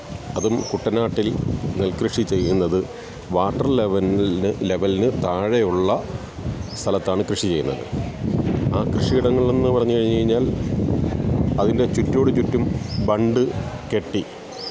അതും കുട്ടനാട്ടില് നെല്കൃഷി ചെയ്യുന്നത് വാട്ടര് ലെവലിന് താഴെയുള്ള സ്ഥലത്താണ് കൃഷി ചെയ്യുന്നത് ആ കൃഷിയിടങ്ങളെന്ന് പറഞ്ഞു കഴിഞ്ഞാല് അതിൻ്റെ ചുറ്റോടുചുറ്റും ബണ്ട് കെട്ടി